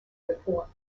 report